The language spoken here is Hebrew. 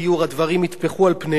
והם יצטרכו לשנות כיוון.